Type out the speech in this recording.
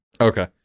Okay